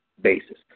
basis